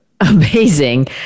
amazing